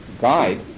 guide